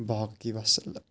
باقی وَسلام